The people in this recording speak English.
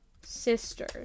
Sister